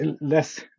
Less